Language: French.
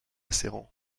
serrant